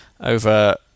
over